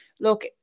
look